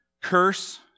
curse